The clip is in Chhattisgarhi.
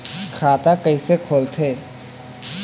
खाता कइसे खोलथें?